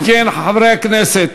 אם כן, חברי הכנסת,